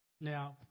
Now